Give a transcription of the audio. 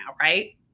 right